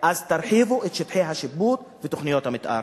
אז תרחיבו את שטחי השיפוט ותוכניות המיתאר.